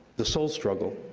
the soul struggle,